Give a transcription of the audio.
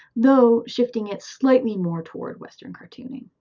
though shifting it slightly more toward western cartooning.